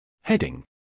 Heading